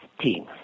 team